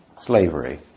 slavery